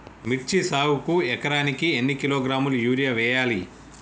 మిర్చి సాగుకు ఎకరానికి ఎన్ని కిలోగ్రాముల యూరియా వేయాలి?